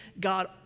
God